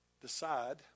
decide